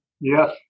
Yes